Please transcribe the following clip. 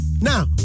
now